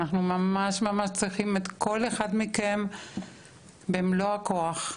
אנחנו ממש ממש צריכים כל אחד מכם במלוא הכוח.